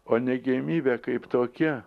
o neigiamybė kaip tokia